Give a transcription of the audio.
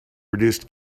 reduced